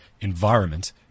environment